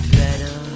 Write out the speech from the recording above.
better